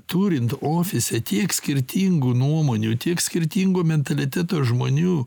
turint ofise tiek skirtingų nuomonių tiek skirtingo mentaliteto žmonių